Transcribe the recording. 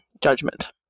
judgment